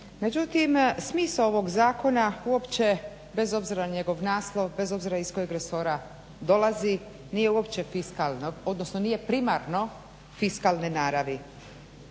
Međutim, smisao ovog zakona uopće bez obzira na njegov naslov, bez obzira iz kojeg resora dolazi nije uopće fiskalno odnosno